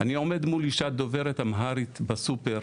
אני עומד מול אישה דוברת אמהרית בסופר.